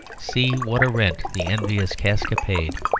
see what a rent the envious casca paid.